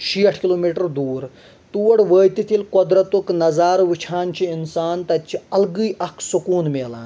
شیٹھ kilometre دوٗر تور وأتِتھ ییٚلہِ قۄدرتُک نظارٕ وٕچھان چھ اِنسان تَتہِ چھُ الگےٕ اکھ سکوٗن مِلان